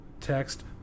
text